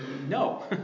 No